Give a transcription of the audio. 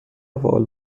وال